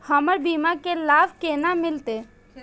हमर बीमा के लाभ केना मिलते?